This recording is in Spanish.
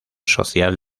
social